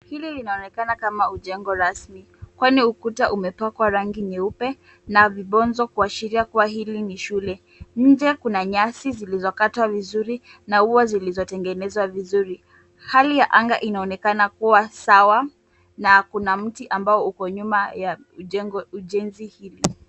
Hili linaonekana kama ujengo rasmi kwani ukuta umepakwa rangi nyeupe na vibonzo kuashiria kuwa hili ni shule. Nje kuna nyasi zilizokatwa vizuri na ua zilizotengenezwa vizuri. Hali ya anga inaonekana kuwa sawa na kuna mti ambao uko nyuma ya ujenzi hili.